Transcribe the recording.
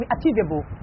achievable